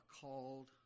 called